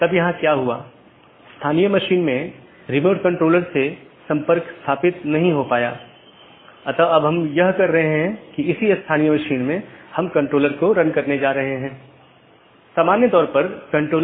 और फिर दूसरा एक जीवित है जो यह कहता है कि सहकर्मी उपलब्ध हैं या नहीं यह निर्धारित करने के लिए कि क्या हमारे पास वे सब चीजें हैं